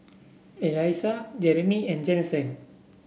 Elissa Jereme and Jensen